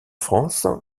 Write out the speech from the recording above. france